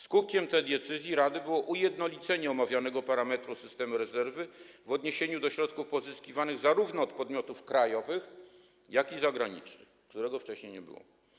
Skutkiem tej decyzji rady było ujednolicenie omawianego parametru systemu rezerwy w odniesieniu do środków pozyskiwanych zarówno od podmiotów krajowych, jak i zagranicznych, czego wcześniej nie było.